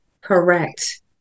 Correct